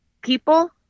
people